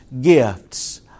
gifts